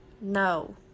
No